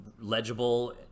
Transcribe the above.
legible